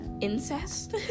incest